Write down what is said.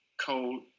coal